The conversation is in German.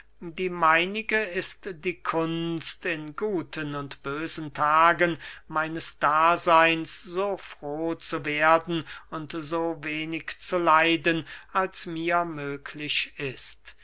die meinige ist die kunst in guten und bösen tagen meines daseyns so froh zu werden und so wenig zu leiden als mir möglich ist